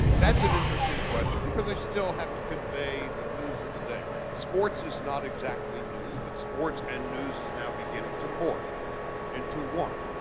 that's an interesting question because they still have to convey the news of the day. sports is not exactly news. but sports and news is now beginning to morph into one.